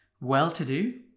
well-to-do